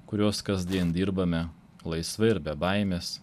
kuriuos kasdien dirbame laisvai ir be baimės